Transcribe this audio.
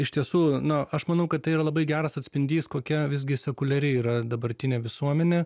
iš tiesų nu aš manau kad tai yra labai geras atspindys kokia visgi sekuliari yra dabartinė visuomenė